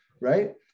Right